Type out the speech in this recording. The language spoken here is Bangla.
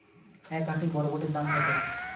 এক আঁটি বরবটির দাম কত?